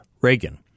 Reagan